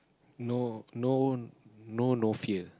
no no no no fear